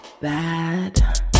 bad